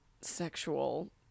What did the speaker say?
sexual